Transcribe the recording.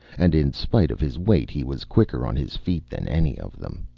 and in spite of his weight he was quicker on his feet than any of them.